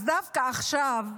אז דווקא עכשיו,